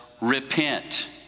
repent